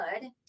good